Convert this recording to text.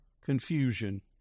confusion